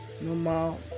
normal